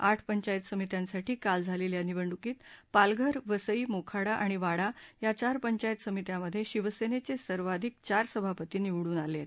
आठ पंचायत समित्यासाठीं काल झालेल्या निवडणूकीत पालघर वसई मोखाडा आणि वाडा या चार पंचायत समित्यांमध्ये शिवसेनेचे सर्वाधिक चार सभापती निवडून आलेत